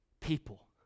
People